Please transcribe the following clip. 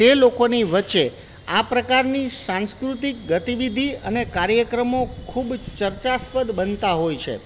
તે લોકોની વચ્ચે આ પ્રકારની સાંસ્કૃતિક ગતિવિધિ અને કાર્યક્રમો ખૂબ ચર્ચાસ્પદ બનતા હોય છે